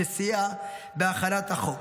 שסייע בהכנת החוק.